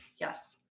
Yes